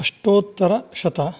अष्टोत्तरशत